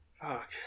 Fuck